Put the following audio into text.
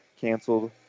canceled